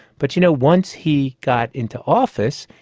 but you know, once he got into office,